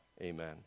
Amen